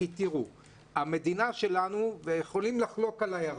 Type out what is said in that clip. תראו, המדינה שלנו, ויכולים לחלוק עליי הרבה,